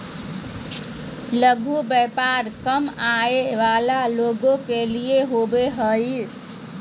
लघु व्यापार कम आय वला लोग के लिए होबो हइ